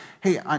hey